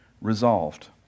Resolved